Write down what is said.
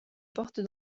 porte